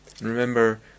Remember